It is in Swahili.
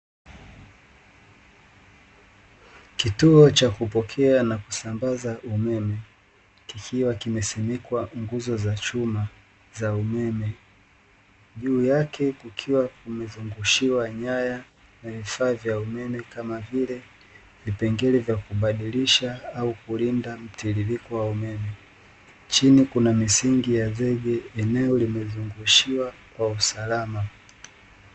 Kituo cha kupokea na kusambaza umeme kikiwa kimesimikwa nguzo za chuma za umeme juu yake kukiwa kumezungushiwa nyaya na vifaa vya umeme kama vile: vipengele vya kubadilisha au kulinda mtiririko wa umeme chini kuna misingi ya zege eneo limezungushiwa kwa usalama.